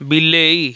ବିଲେଇ